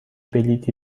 بلیطی